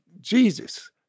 Jesus